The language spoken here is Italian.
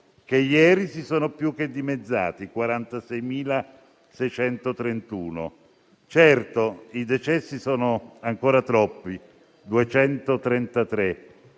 che ieri si sono più che dimezzati (46.631); certo, i decessi sono ancora troppi (233),